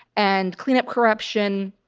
and clean up corruption.